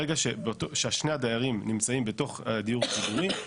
ברגע ששני הדיירים נמצאים בתוך הדיור הציבורי,